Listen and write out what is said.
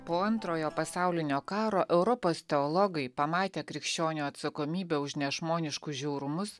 po antrojo pasaulinio karo europos teologai pamatę krikščionių atsakomybę už nežmoniškus žiaurumus